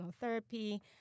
therapy